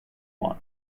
want